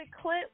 clip